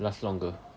last longer